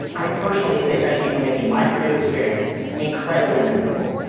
i personally say thank you for making my purdue experience incredibly memorable.